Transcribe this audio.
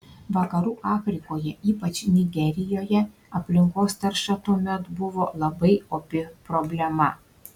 vakarų afrikoje ypač nigerijoje aplinkos tarša tuomet buvo labai opi problema